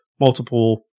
multiple